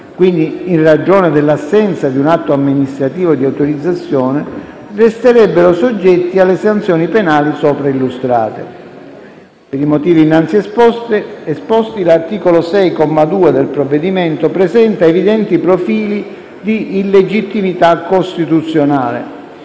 (quindi in ragione dell'assenza di un atto amministrativo di autorizzazione) resterebbero soggetti alle sanzioni penali sopra illustrate. Per i motivi innanzi esposti, l'articolo 6, comma 2, del provvedimento presenta evidenti profili di illegittimità costituzionale.